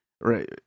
right